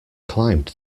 climbed